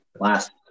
last